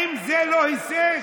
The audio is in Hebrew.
האם זה לא הישג?